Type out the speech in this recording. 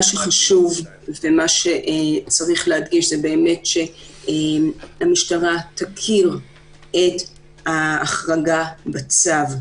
ומה שחשוב ומה שצריך להדגיש זה באמת שהמשטרה תכיר את ההחרגה בצו,